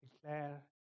declare